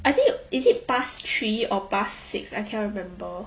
I think you is it past three or past six I can't remember